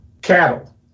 cattle